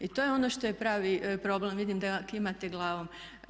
I to je ono što je pravi problem, vidim da kimate glavom.